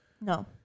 No